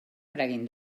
eragin